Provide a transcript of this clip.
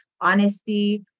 honesty